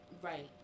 Right